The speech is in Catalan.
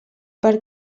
per